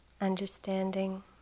understanding